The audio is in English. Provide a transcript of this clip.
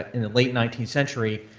in the late nineteenth century,